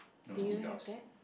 do you have that